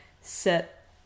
set